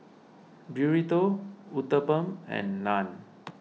Burrito Uthapam and Naan